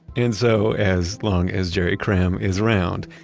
and so, as long as jerry cramm is around,